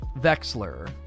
Vexler